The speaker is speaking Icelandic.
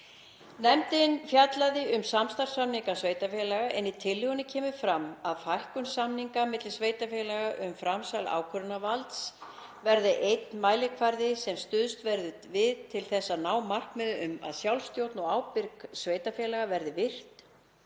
að hún fjallaði um samstarfssamninga sveitarfélaga en í tillögunni kemur fram að fækkun samninga milli sveitarfélaga um framsal ákvörðunarvalds verði einn mælikvarði sem stuðst verði við til að ná markmiði um að sjálfsstjórn og ábyrgð sveitarfélaga verði virt